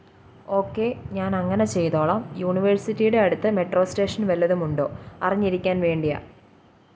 okay ഞാൻ അങ്ങനെ ചെയ്തോളാം യൂണിവേഴ്സിറ്റിയുടെ അടുത്ത് മെട്രോ സ്റ്റേഷൻ വല്ലതും ഉണ്ടോ അറിഞ്ഞിരിക്കാൻ വേണ്ടിയാണ്